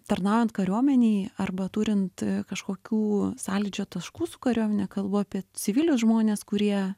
tarnaujant kariuomenei arba turint kažkokių sąlyčio taškų su kariuomene kalbu apie civilius žmones kurie